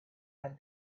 had